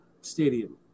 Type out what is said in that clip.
Stadium